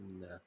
No